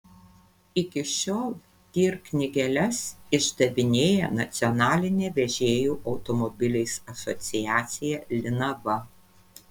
iki šiol tir knygeles išdavinėja nacionalinė vežėjų automobiliais asociacija linava